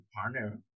partner